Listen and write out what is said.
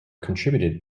contributed